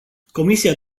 comisia